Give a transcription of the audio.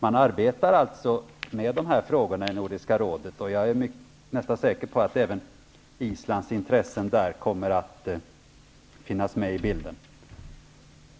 Man arbetar alltså med dessa frågor i Nordiska rådet. Jag är säker på att även Islands intressen kommer att finnas med i bilden.